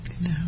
No